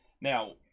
Now